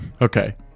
Okay